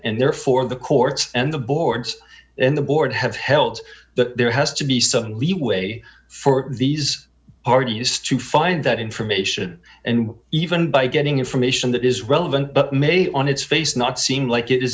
and therefore the courts and the board and the board have held that there has to be some leeway for these are used to find that information and even by getting information that is relevant but may on its face not seem like it is